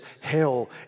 hell